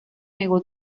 negó